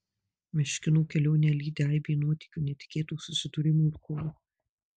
meškinų kelionę lydi aibė nuotykių netikėtų susidūrimų ir kovų